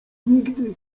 nigdy